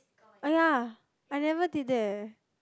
oh ya I never did that